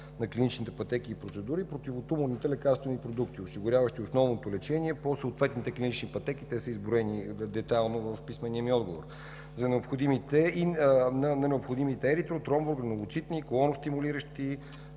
на клиничните пътеки и процедури противотуморни лекарствени продукти, осигуряващи основното лечение по съответните клинични пътеки – те са изброени детайлно в писмения ми отговор, на необходимите еритро-, тромбо- и гранулоцитни колонистимулиращи